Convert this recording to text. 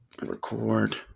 record